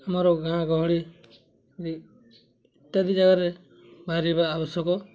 ଆମର ଗାଁ ଗହଳି ଇତ୍ୟାଦି ଜାଗାରେ ବାହାରିବା ଆବଶ୍ୟକ